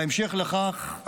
בהמשך לכך,